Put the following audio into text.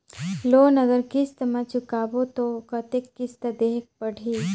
Loan अगर किस्त म चुकाबो तो कतेक किस्त देहेक पढ़ही?